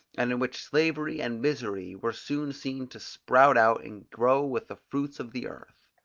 and in which slavery and misery were soon seen to sprout out and grow with the fruits of the earth.